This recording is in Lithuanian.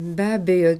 be abejo